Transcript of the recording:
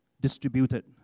distributed